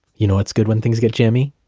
you know what's good when things get jammy?